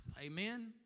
Amen